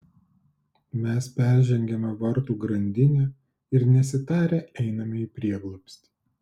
mes peržengiame vartų grandinę ir nesitarę einame į prieglobstį